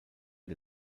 der